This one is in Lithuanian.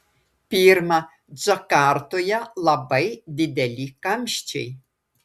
pirma džakartoje labai dideli kamščiai